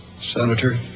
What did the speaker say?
Senator